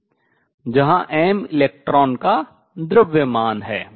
जहां m electron का द्रव्यमान है